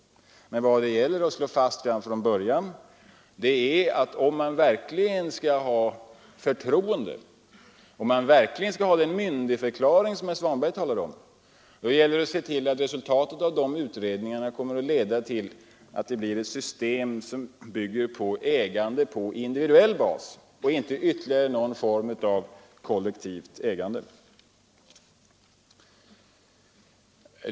Vad det emellertid gäller är att redan från början slå fast att om man verkligen skall visa förtroende, om man verkligen vill ge den myndigförklaring som herr Svanberg talade om, bör man se till att resultatet av dessa utredningar leder till ett system som bygger på ägande på individuell bas och inte ytterligare någon form av kollektivt ägande.